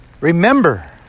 Remember